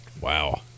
Wow